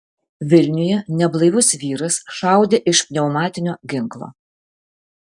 vilniuje neblaivus vyras šaudė iš pneumatinio ginklo